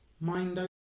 mind